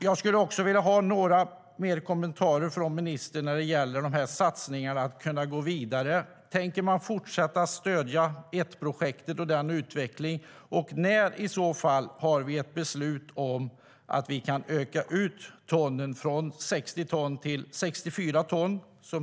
Jag skulle vilja ha några fler kommentarer från ministern när det gäller satsningarna och att kunna gå vidare. Tänker man fortsätta att stödja ETT-projektet och den utvecklingen? När har vi i så fall ett beslut om att vi kan höja från 60 till 64 ton?